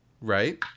right